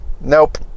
nope